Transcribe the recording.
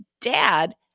dad